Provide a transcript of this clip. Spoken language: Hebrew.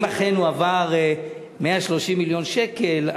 אם אכן הועברו 830 מיליון שקל,